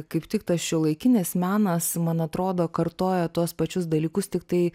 kaip tik tas šiuolaikinis menas man atrodo kartoja tuos pačius dalykus tiktai